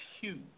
huge